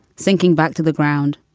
sinking back to the ground.